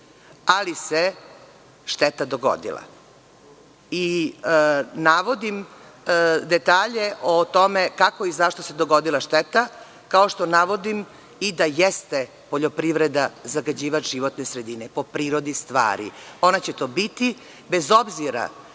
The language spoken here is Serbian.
ali se šteta dogodila. Navodim detalje o tome kako i zašto se dogodila šteta, kao što navodim da jeste poljoprivreda zagađivač prirodne sredine. Ona će to biti, bez obzira